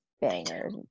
Banger